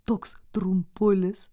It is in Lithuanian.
toks trumpulis